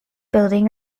building